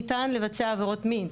ניתן לבצע עבירות מין,